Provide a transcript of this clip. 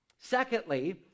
Secondly